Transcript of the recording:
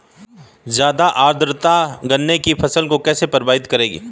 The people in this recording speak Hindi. ज़्यादा आर्द्रता गन्ने की फसल को कैसे प्रभावित करेगी?